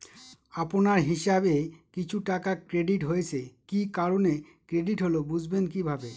আপনার হিসাব এ কিছু টাকা ক্রেডিট হয়েছে কি কারণে ক্রেডিট হল বুঝবেন কিভাবে?